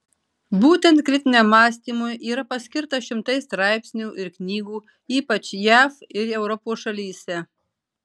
būtent kritiniam mąstymui yra paskirta šimtai straipsnių ir knygų ypač jav ir europos šalyse